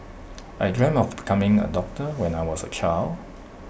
I dreamt of becoming A doctor when I was A child